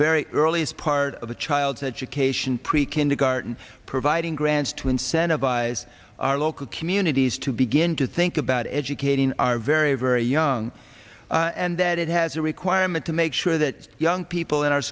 very earliest part of a child's education pre kindergarten providing grants to incentivize our local communities to begin to think about educating are very very young and that it has a requirement to make sure that young people in our